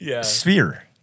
sphere